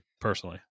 personally